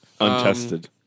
Untested